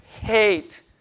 hate